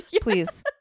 please